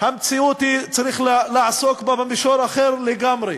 צריך לעסוק בה במישור אחר לגמרי,